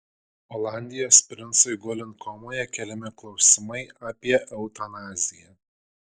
olandijos princui gulint komoje keliami klausimai apie eutanaziją